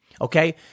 Okay